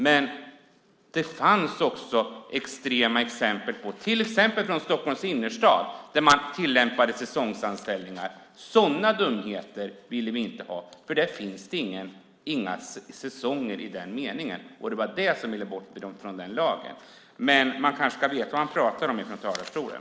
Men det fanns också extrema exempel, till exempel från Stockholms innerstad, där man tillämpade säsongsanställningar. Sådana dumheter ville vi inte ha, för där finns inga säsonger i den meningen. Det var det som skulle bort från den lagen. Man kanske ska veta vad man pratar om i talarstolen.